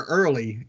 early